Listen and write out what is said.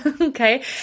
Okay